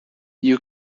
you